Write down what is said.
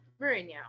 mourinho